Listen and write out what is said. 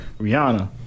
Rihanna